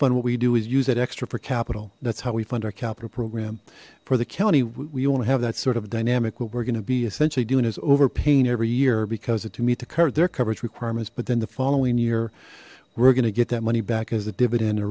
fund what we do is use that extra for capital that's how we fund our capital program for the county we want to have that sort of dynamic with gonna be essentially doing is over pain every year because it to me to cut their coverage requirements but then the following year we're gonna get that money back as a dividend a